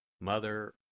Mother